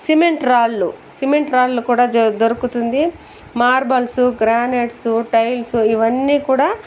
cement రాళ్ళు cement రాళ్ళు కూడా దొరుకుతుంది మార్బల్సు గ్రానైట్సు టైల్సు ఇవన్నీ కూడ